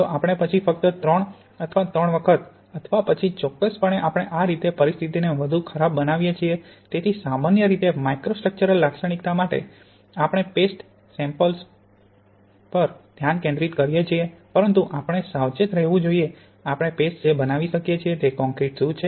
જો આપણે પછી ફક્ત 3 અથવા 3 વખત અથવા પછી ચોક્કસપણે આપણે આ રીતે પરિસ્થિતિને વધુ ખરાબ બનાવીએ છીએ તેથી સામાન્ય રીતે માઇક્રોસ્ટ્રક્ચરલ લાક્ષણિકતા માટે આપણે પેસ્ટ સેમ્પ્લ્સ ઓ પર ધ્યાન કેન્દ્રિત કરીએ છીએ પરંતુ આપણે સાવચેત રહેવું જોઈએ કે આપણે પેસ્ટ જે બનાવી શકીએ છીએ તે કોંક્રિટ શું છે